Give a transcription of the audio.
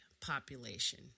population